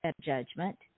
judgment